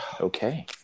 okay